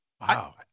Wow